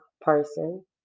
person